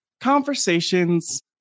conversations